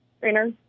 trainer